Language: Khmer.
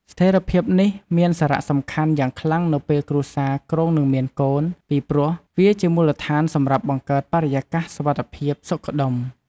ស្ថេរភាពនេះមានសារៈសំខាន់យ៉ាងខ្លាំងនៅពេលគ្រួសារគ្រោងនឹងមានកូន ពីព្រោះវាជាមូលដ្ឋានសម្រាប់បង្កើតបរិយាកាសសុវត្ថិភាព សុខដុម ។